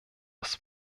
das